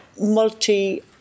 multi